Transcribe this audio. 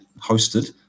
hosted